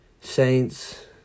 Saints